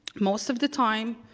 most of the time,